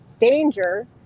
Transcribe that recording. danger